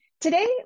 Today